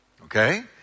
Okay